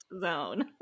zone